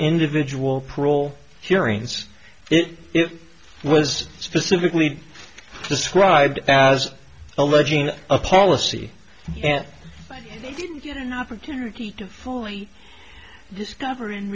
individual parole hearings it was specifically described as alleging a policy and i didn't get an opportunity to fully discover in